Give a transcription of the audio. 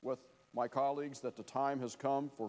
with my colleagues that the time has come for